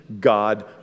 god